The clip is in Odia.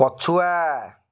ପଛୁଆ